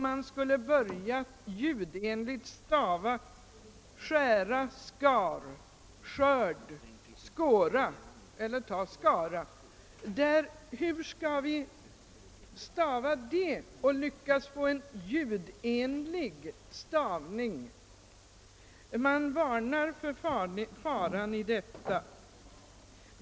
Hur skall man ljudenligt stava skära, skar, skörd, skåra — eller varför inte Skara? Man varnar för faran i detta.